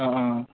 अ